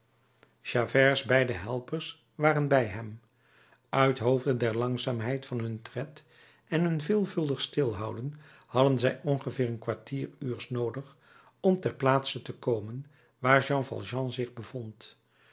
javerts beide helpers waren bij hem uithoofde der langzaamheid van hun tred en hun veelvuldig stilhouden hadden zij ongeveer een kwartieruurs noodig om ter plaatse te komen waar jean valjean zich bevond